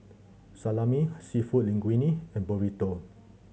Salami Seafood Linguine and Burrito